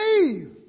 believe